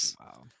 Wow